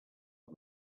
got